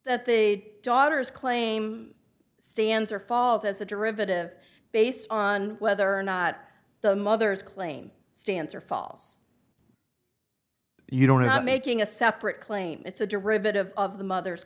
that the daughters claim stands or falls as a derivative based on whether or not the mother's claim stands or falls you don't have making a separate claim it's a derivative of the mother